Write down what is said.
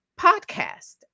podcast